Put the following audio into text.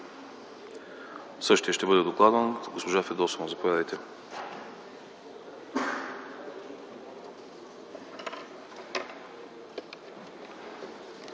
Същият ще бъде докладван от госпожа Фидосова. Заповядайте.